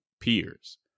peers